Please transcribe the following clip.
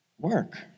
work